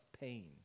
pain